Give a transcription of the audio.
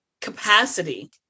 capacity